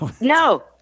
no